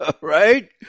right